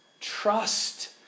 trust